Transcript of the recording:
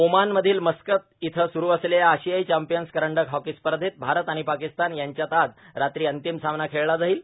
ओमानमधील Muscat इथं सुरू असलेल्या आशियाई चॅम्पियव्स करंडक हॉकी स्पर्धेत भारत आणि पाकिस्तान यांच्यात आज रात्री अंतिम सामना खेळला जाईल